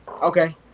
Okay